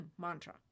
mantra